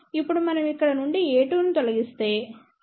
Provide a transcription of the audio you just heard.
ఇప్పుడు మనం ఇక్కడ నుండి a2 ను తొలగిస్తాము